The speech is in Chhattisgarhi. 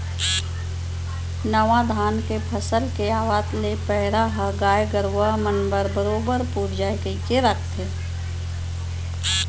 नावा धान के फसल के आवत ले पैरा ह गाय गरूवा मन बर बरोबर पुर जाय कइके राखथें